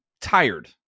tired